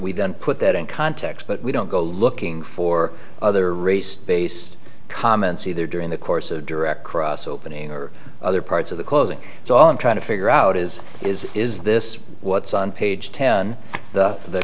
we don't put that in context but we don't go looking for other race based comments either during the course of direct cross opening or other parts of the closing so all i'm trying to figure out is is is this what's on page ten th